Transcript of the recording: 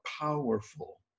powerful